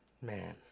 man